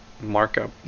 markup